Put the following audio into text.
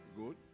Good